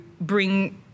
bring